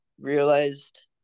realized